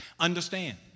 Understand